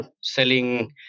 selling